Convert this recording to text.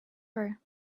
her